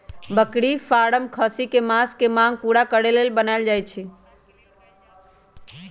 बकरी फारम खस्सी कें मास के मांग पुरा करे लेल बनाएल जाय छै